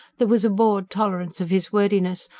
there was a bored tolerance of his wordiness,